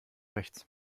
rechts